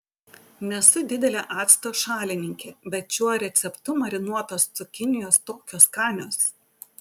nesu didelė acto šalininkė bet šiuo receptu marinuotos cukinijos tokios skanios